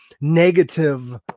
negative